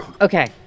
Okay